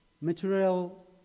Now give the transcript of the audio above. material